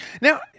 Now